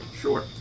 Sure